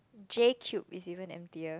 J-Cube is even emptier